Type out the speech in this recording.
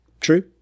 True